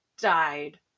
died